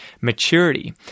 maturity